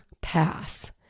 pass